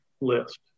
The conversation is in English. list